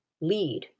lead